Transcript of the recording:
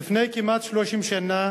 לפני כמעט 30 שנה